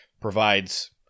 provides